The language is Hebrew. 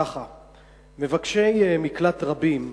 מבקשי מקלט רבים,